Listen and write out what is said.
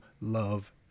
love